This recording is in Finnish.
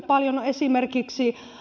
paljon on esimerkiksi